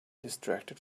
distracted